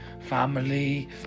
family